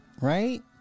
right